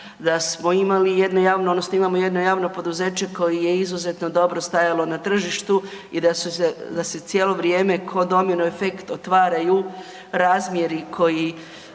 imamo jedno poduzeće koje je izuzetno dobro stajalo na tržištu i da se cijelo vrijeme ko domino efekt otvaraju razmjeri koji